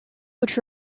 which